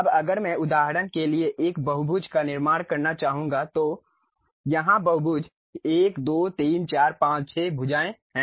अब अगर मैं उदाहरण के लिए एक बहुभुज का निर्माण करना चाहूंगा तो यहाँ बहुभुज 1 2 3 4 5 6 भुजाएँ हैं